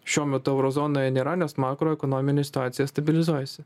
šiuo metu euro zonoje nėra nes makro ekonominė situacija stabilizuojasi